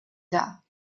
dar